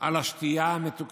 על השתייה המתוקה,